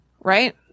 right